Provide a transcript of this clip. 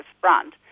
front